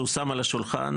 שהוא שם על השולחן.